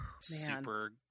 super